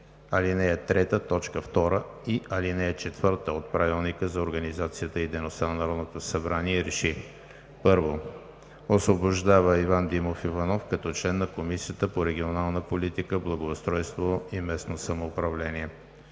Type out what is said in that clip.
ал. 3, т. 2 и ал. 4 от Правилника за организацията и дейността на Народното събрание РЕШИ: 1. Освобождава Иван Димов Иванов като член на Комисията по регионална политика, благоустройство и местно самоуправление.